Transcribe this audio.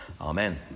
Amen